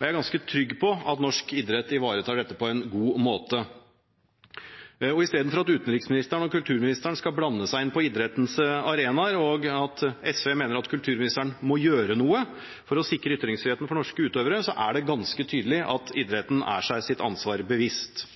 Jeg er ganske trygg på at norsk idrett ivaretar dette på en god måte. I stedet for at utenriksministeren og kulturministeren skal blande seg inn på idrettens arenaer, og at SV mener at kulturministeren «må gjøre noe» for å sikre ytringsfriheten for norske utøvere, er det ganske tydelig at idretten er seg sitt ansvar bevisst.